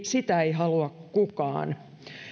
sitä ei halua kukaan